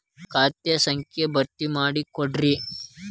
ಖಾತಾ ಸಂಖ್ಯಾ ಭರ್ತಿ ಮಾಡಿಕೊಡ್ರಿ